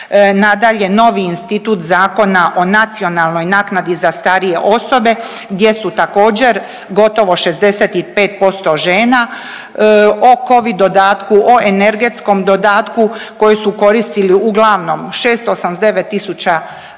Nadalje, novi institut Zakona o nacionalnoj naknadi za starije osobe gdje su također gotovo 65% žena, o Covid dodatku, o energetskom dodatku koji su koristili uglavnom 689.000